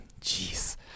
Jeez